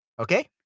okay